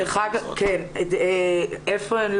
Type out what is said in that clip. איפה הן?